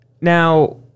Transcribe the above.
Now